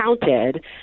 counted